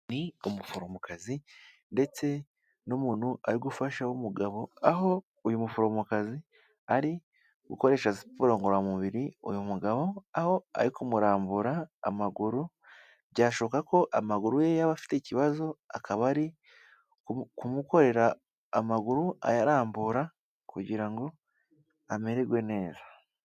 Ni umuforomokazi ndetse n'umuntu ari gufasha w'umugabo, aho uyu muforomokazi ari gukoresha siporo ngororamubiri uyu mugabo, aho ari kumurambura amaguru, byashoboka ko amaguru ye yaba afite ikibazo akaba ari kumukorera amaguru ayarambura kugira ngo amererwe neza.